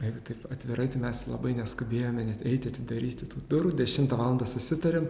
jeigu taip atvirai tai mes labai neskubėjome net eiti atidaryti tų durų dešimtą valandą susitarėm